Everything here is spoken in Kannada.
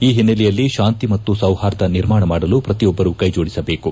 ಈ ಓನ್ನೆಲೆಯಲ್ಲಿ ತಾಂತಿ ಮತ್ತು ಸೌಪಾರ್ದ ನಿರ್ಮಾಣ ಮಾಡಲು ಪ್ರತಿಯೊಬ್ಬರು ಕೈಜೋಡಿಸಬೇಕು